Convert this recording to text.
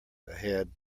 ahead